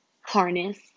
harness